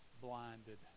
blinded